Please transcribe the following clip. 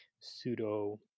pseudo